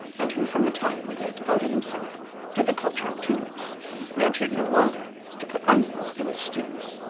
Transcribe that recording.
and who from the time when he had devoted himself to the culture of tulips ventured no longer to put onions in his stews,